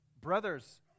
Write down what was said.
Brothers